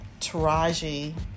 Taraji